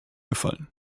gefallen